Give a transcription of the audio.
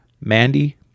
Mandy